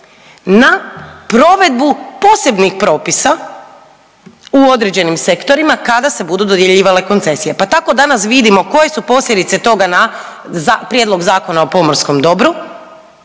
na provedbu posebnih propisa u određenim sektorima kada se budu dodjeljivale koncesije. Pa tako da nas vidimo koje su posljedice toga na Prijedlog zakona o pomorskom dobru